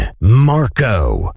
marco